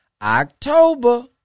October